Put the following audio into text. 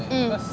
mm